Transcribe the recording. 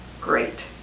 great